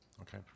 Okay